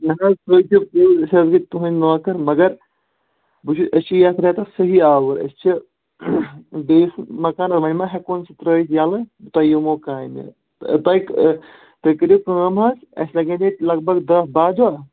نہَ حظ سۅے چھُ پوٚز أسۍ حظ گٔے تُہٕنٛدۍ نوکر مگر بہٕ چھُس أسۍ چھِ یَتھ رٮ۪تَس صحیح آوُر أسۍ چھِ بیٚیِس مکان وۅنۍ ما ہٮ۪کہون سُہ ترٛٲوِتھ یَلہٕ تۄہہِ یِمو کامہِ تۄہہِ تُہۍ کٔرِو کٲم حظ اَسہِ لگن ییٚتہِ لگ بگ دَہ باہ دۄہ